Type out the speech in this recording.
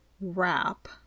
wrap